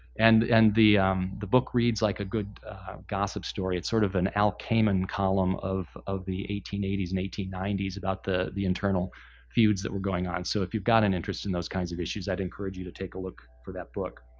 and and the the book reads like a good gossip story. it's sort of an al cayman column of of the eighteen eighty s and eighteen ninety s, about the the internal feuds that were going on. so if you've got an interest in those kinds of issues, i'd encourage you to take a look for that book.